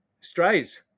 strays